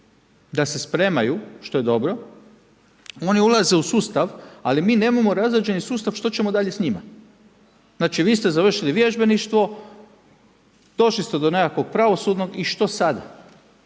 da se spremaju, što je dobro. Oni ulaze u sustav, ali mi nemamo razrađeni sustav što ćemo dalje s njima. Znači vi ste završili vježbeništvo, došli ste do nekakvog pravosudnog i što sada?